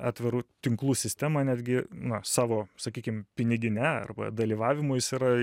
atvirų tinklų sistemą netgi na savo sakykim pinigine arba dalyvavimu jis yra